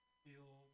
feel